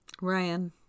Ryan